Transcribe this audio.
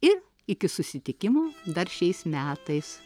ir iki susitikimo dar šiais metais